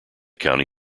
county